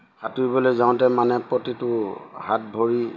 সাঁতুৰিবলৈ যাওঁতে মানে প্ৰতিটো হাত ভৰি